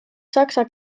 saksa